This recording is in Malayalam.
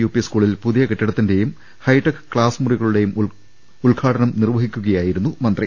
യു പി സ്കൂ ളിൽ പുതിയ കെട്ടിടത്തിന്റെയും ഹൈടെക് ക്ളാസ് മുറികളുടെ യും ഉദ്ഘാടനം ചെയ്യുകയായിരുന്നു മന്ത്രി